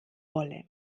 wolle